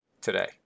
today